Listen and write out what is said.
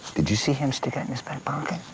did you see him sticking it in his back pocket?